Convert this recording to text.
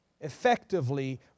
effectively